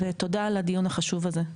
ותודה על קיום הדיון החשוב הזה.